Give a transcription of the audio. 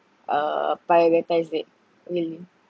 uh prioritise it will you